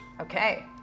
Okay